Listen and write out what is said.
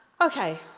Okay